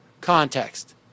context